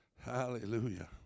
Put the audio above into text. Hallelujah